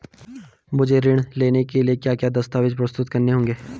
मुझे ऋण लेने के लिए क्या क्या दस्तावेज़ प्रस्तुत करने होंगे?